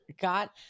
got